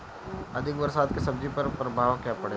अधिक बरसात के सब्जी पर का प्रभाव पड़ी?